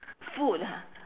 food ha